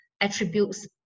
attributes